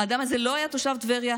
האדם הזה לא היה תושב טבריה.